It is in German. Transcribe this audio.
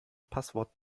passwort